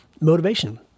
motivation